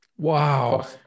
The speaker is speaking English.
Wow